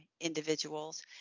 individuals